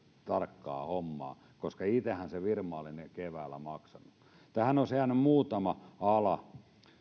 tarkkaa hommaa koska itsehän se firma oli ne keväällä maksanut tähän olisi jäänyt muutama ala